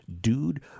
Dude